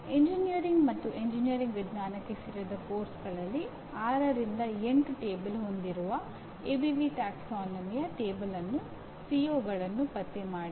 engineering ಮತ್ತು engineering ವಿಜ್ಞಾನಕ್ಕೆ ಸೇರಿದ ಪಠ್ಯಕ್ರಮಗಳಲ್ಲಿ 6 ರಿಂದ 8 ಟೇಬಲ್ ಹೊಂದಿರುವ ಎಬಿವಿ ಪ್ರವರ್ಗ ಕೋಷ್ಟಕದಲ್ಲಿ ಸಿಒಗಳನ್ನು ಪತ್ತೆ ಮಾಡಿ